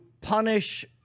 punish